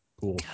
Cool